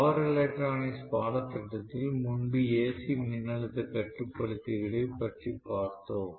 power electronics பாடத்திட்டத்தில் முன்பு AC மின்னழுத்த கட்டுப்படுத்திகளைப் பற்றி பார்த்தோம்